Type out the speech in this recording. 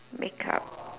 make up